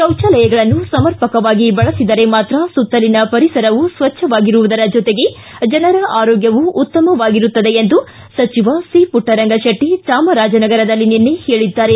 ಶೌಚಾಲಯಗಳನ್ನು ಸಮರ್ಪಕವಾಗಿ ಬಳಬಿದರೆ ಮಾತ್ರ ಸುತ್ತಲಿನ ಪರಿಸರವು ಸ್ವಚ್ಟವಾಗಿರುವುದರ ಜೊತೆಗೆ ಜನರ ಆರೊಗ್ಡವು ಉತ್ತಮವಾಗಿರುತ್ತದೆ ಎಂದು ಸಚಿವ ಸಿಪುಟ್ಟರಂಗಶೆಟ್ಟಿ ಚಾಮರಾಜನಗರದಲ್ಲಿ ನಿನ್ನೆ ಹೇಳಿದ್ದಾರೆ